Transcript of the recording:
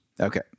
Okay